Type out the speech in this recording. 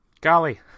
Golly